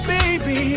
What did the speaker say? Baby